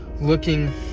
looking